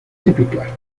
típicas